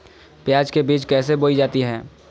प्याज के बीज कैसे बोई जाती हैं?